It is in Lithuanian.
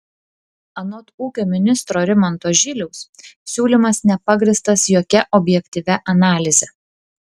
anot ūkio ministro rimanto žyliaus siūlymas nepagrįstas jokia objektyvia analize